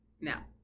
now